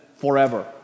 forever